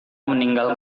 meninggal